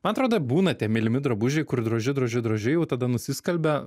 man trodo būna tie mylimi drabužiai kur droži droži droži jau tada nusiskalbia